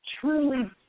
truly